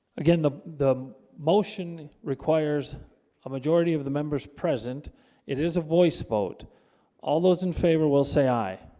again the the motion requires a majority of the members present it is a voice vote all those in favor will say aye